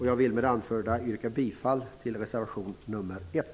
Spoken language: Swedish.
Jag vill med det anförda yrka bifall till reservation nr 1.